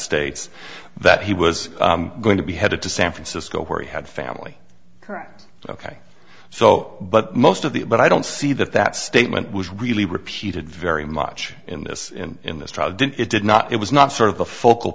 states that he was going to be headed to san francisco where he had family correct ok so but most of the but i don't see that that statement was really repeated very much in this and in this trial it did not it was not sort